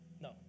No